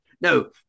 No